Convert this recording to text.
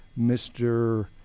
Mr